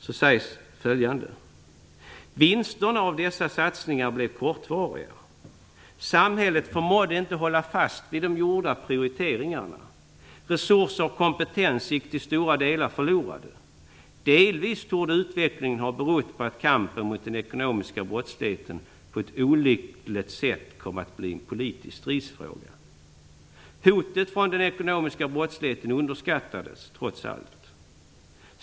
Där sägs följande:"Vinsterna av dessa satsningar blev kortvariga. Samhället förmådde inte hålla fast vid de gjorda prioriteringarna. Resurser och kompetens gick till stora delar förlorade. Delvis torde utvecklingen har berott på att kampen mot den ekonomiska brottsligheten på ett olyckligt sätt kom att bli en politiskt stridsfråga. Hotet från den ekonomiska brottsligheten underskattades, trots allt.